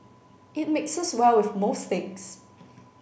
it mixes well with most things